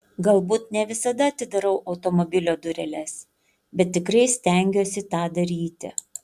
galbūt ne visada atidarau automobilio dureles bet tikrai stengiuosi tą daryti